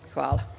Hvala